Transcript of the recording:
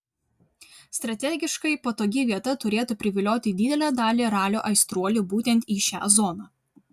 strategiškai patogi vieta turėtų privilioti didelę dalį ralio aistruolių būtent į šią zoną